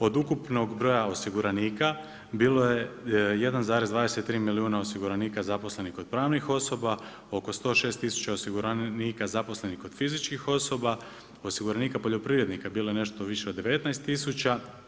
Od ukupnog broja osiguranika, bilo je 1,23 milijuna osiguranika zaposlenih kod pravnih osoba, oko 106000 osiguranika zaposlenih kod fizičkih osoba, osiguranika poljoprivrednika, bilo je nešto više od 19000.